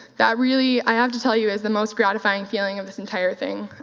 that really, i have to tell you, is the most gratifying feeling of this entire thing.